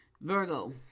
Virgo